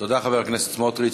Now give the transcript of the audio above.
תודה, חבר הכנסת סמוטריץ.